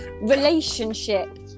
relationship